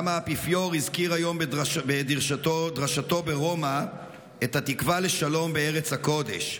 האפיפיור הזכיר היום בדרשתו ברומא את התקווה לשלום בארץ הקודש.